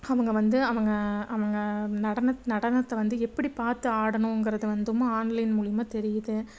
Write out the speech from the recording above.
அவங்க வந்து அவங்க அவங்க நடனத் நடனத்தை வந்து எப்படி பார்த்து ஆடணுங்குறதை வந்தும் ஆன்லைன் மூலியமாக தெரியுது